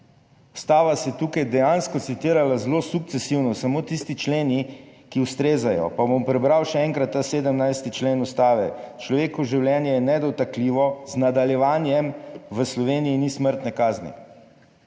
Ustava se je tukaj dejansko citirala zelo sukcesivno, samo tisti členi ki ustrezajo. Pa bom prebral še enkrat ta 17. člen Ustave: "Človekovo življenje je nedotakljivo.", z nadaljevanjem "V Sloveniji ni smrtne kazni".